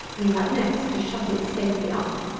we have next to shut it safely up.